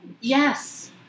Yes